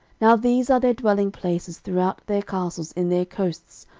now these are their dwelling places throughout their castles in their coasts,